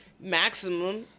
maximum